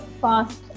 fast